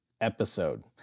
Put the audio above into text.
episode